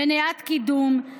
מניעת קידום,